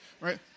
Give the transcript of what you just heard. Right